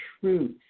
truth